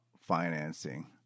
financing